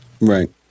Right